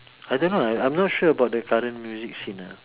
I don't know I'm not sure about the current music scene ah